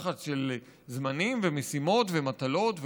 לחץ של זמנים ומשימות ומטלות,